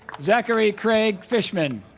zachary craig fischman